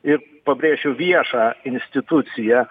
ir pabrėšiu viešą instituciją